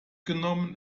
genommen